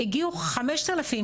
הגיעו 5,000,